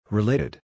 Related